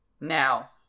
Now